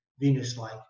Venus-like